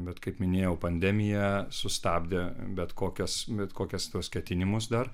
bet kaip minėjau pandemija sustabdė bet kokias bet kokias tuos ketinimus dar